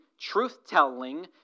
truth-telling